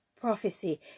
prophecy